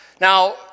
Now